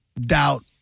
doubt